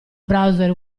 browser